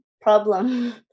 problem